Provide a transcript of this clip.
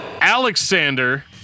alexander